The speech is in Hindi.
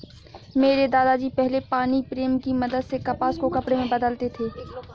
मेरे दादा जी पहले पानी प्रेम की मदद से कपास को कपड़े में बदलते थे